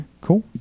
Cool